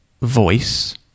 voice